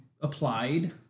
applied